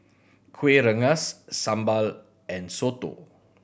Kuih Rengas sambal and soto